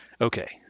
Okay